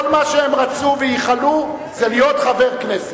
וכל מה שהם רצו וייחלו זה להיות חבר כנסת.